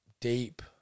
deep